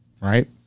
right